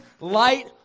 light